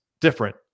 different